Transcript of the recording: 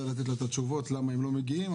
לתת לה את התשובות למה הם לא מגיעים,